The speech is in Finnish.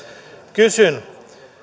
kysyn